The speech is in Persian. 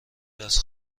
دست